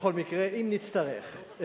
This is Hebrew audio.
בכל מקרה, אם נצטרך.